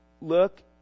Look